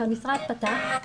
שהמשרד פתח,